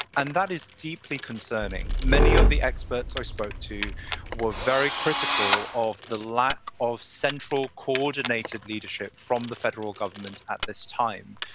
and that is deeply concerning. many of the experts i spoke to were very critical of the lack of central coordinated leadership from the federal government at this time.